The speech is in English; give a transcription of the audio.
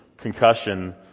concussion